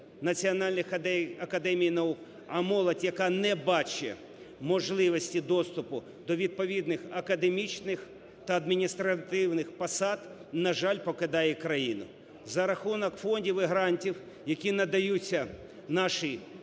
національних академій наук. А молодь, яка не бачить можливості доступу до відповідних академічних та адміністративних посад, на жаль, покидає країну. За рахунок фондів і грантів, які надаються нашій